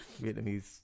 Vietnamese